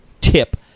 tip